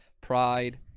pride